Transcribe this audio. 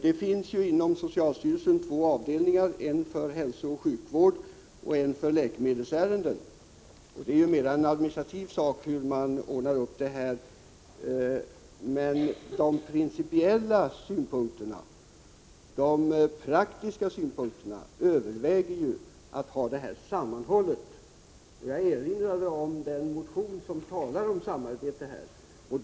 Det finns inom socialstyrelsen två avdelningar, en för hälsooch sjukvård och en för läkemedelsärenden. Det är mest en administrativ fråga hur man ordnar det, men de principiella och praktiska skälen för att ha det sammanhållet överväger. Jag erinrade här om den motion från moderaterna där man talar om samarbete.